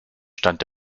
stand